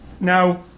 now